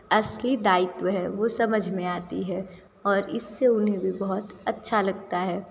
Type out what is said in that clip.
असली दायित्व है वो समझ में आती है और इससे उन्हें भी बहुत अच्छा लगता है